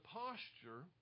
posture